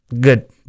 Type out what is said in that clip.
good